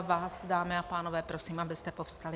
Vás, dámy a pánové, prosím, abyste povstali.